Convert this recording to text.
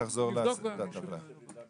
נבדוק ואני אשיב לכם.